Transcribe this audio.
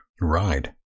Ride